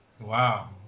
Wow